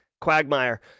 quagmire